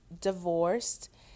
divorced